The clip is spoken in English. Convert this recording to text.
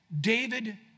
David